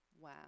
Wow